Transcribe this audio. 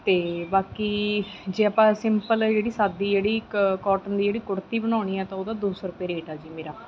ਅਤੇ ਬਾਕੀ ਜੇ ਆਪਾਂ ਸਿੰਪਲ ਜਿਹੜੀ ਸਾਦੀ ਜਿਹੜੀ ਇੱਕ ਕਾਟਨ ਦੀ ਜਿਹੜੀ ਕੁੜਤੀ ਬਣਾਉਣੀ ਹੈ ਤਾਂ ਉਹਦਾ ਦੋ ਸੌ ਰੁਪਏ ਰੇਟ ਆ ਜੀ ਮੇਰਾ